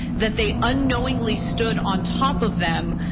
that they unknowingly stood on top of them,